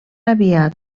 aviat